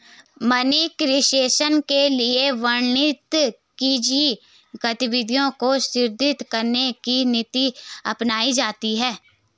money creation के लिए वाणिज्यिक गतिविधियों को सुदृढ़ करने की नीति अपनाई जाती है